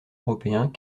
européens